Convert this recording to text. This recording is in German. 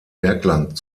bergland